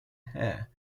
hair